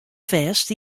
fêst